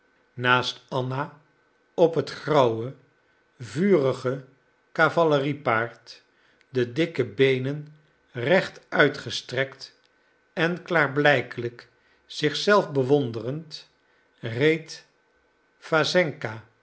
naast anna op het grauwe vurige cavaleriepaard de dikke beenen recht uitgestrekt en klaarblijkelijk zich zelf bewonderend reed